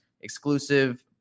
exclusive